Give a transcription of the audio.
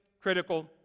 critical